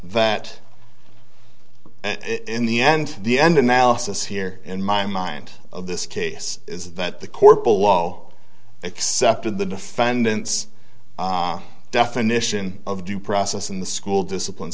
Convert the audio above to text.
that in the end the end analysis here in my mind of this case is that the court below accepted the defendant's definition of due process in the school discipline